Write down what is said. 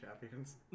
champions